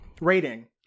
rating